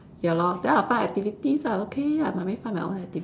ya lor then I find activities ah okay ah mummy find my own activity